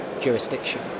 jurisdiction